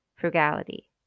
frugality